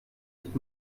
nicht